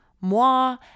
moi